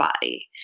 body